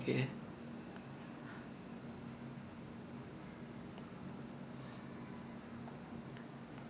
ya so um when I started making music at seventeen it's because என் அப்பாக்கு வந்து ஒரு பழைய:en appakku oru palaiya iPad இருந்துச்சு:irunthuchu lah iPad air two